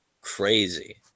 Crazy